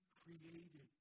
created